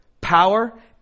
power